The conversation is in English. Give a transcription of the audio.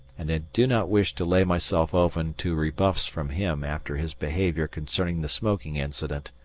and i do not wish to lay myself open to rebuffs from him after his behaviour concerning the smoking incident.